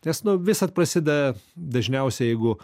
nes nu visad prasideda dažniausiai jeigu